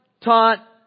taught